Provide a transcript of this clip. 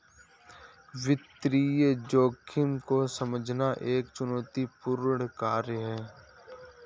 वित्तीय जोखिम को समझना एक चुनौतीपूर्ण कार्य है